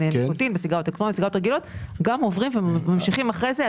גם עוברים וממשיכים אחר כך.